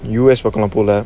U_S we're going to pull up